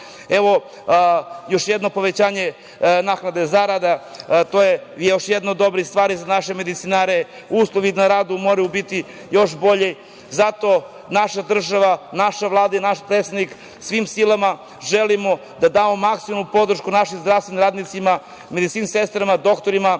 jedno povećanje naknade zarada, to je još jedna od dobrih stvari za naše medicinare. Uslovi na radu moraju biti još bolji. Zato naša država, naša Vlada i naš predsednik, svim silama želimo da damo maksimalnu podršku našim zdravstvenim radnicima, medicinskim sestrama, doktorima,